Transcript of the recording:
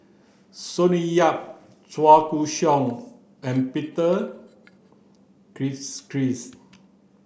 Sonny Yap Chua Koon Siong and Peter Gilchrist